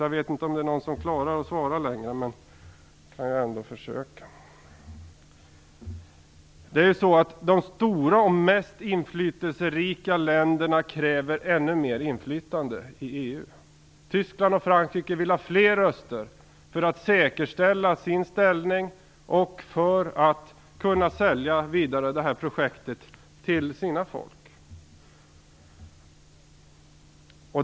Jag vet inte om någon klarar att svara längre, men jag kan försöka att ställa frågan. De stora och mest inflytelserika länderna kräver ännu mer inflytande i EU. Tyskland och Frankrike vill ha fler röster för att säkerställa sin ställning och för att kunna sälja detta projekt vidare till sina folk.